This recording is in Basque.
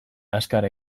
azkar